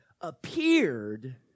appeared